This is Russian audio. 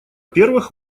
первых